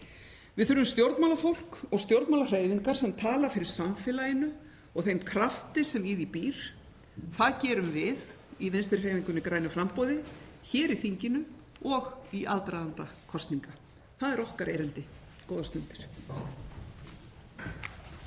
Við þurfum stjórnmálafólk og stjórnmálahreyfingar sem tala fyrir samfélaginu og þeim krafti sem í því býr. Það gerum við í Vinstrihreyfingunni – grænu framboði hér í þinginu og í aðdraganda kosninga. Það er okkar erindi. — Góðar stundir.